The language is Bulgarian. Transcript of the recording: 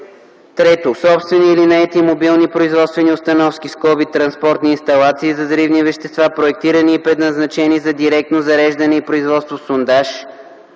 3. собствени или наети мобилни производствени установки (транспортни инсталации) за взривни вещества, проектирани и предназначени за директно зареждане и производство в сондаж,